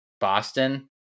boston